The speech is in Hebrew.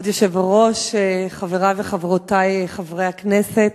כבוד היושב-ראש, חברי וחברות הכנסת,